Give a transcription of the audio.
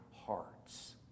hearts